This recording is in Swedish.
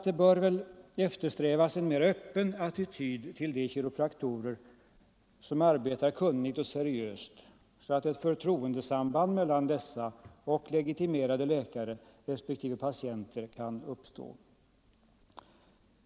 Det bör eftersträvas en mera öppen attityd till de kiropraktorer som arbetar kunnigt och seriöst, så att ett förtroendesamband mellan dessa och legitimerade läkare respektive patienter kan uppstå.